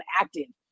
acting